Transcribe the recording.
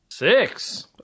six